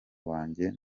wanjye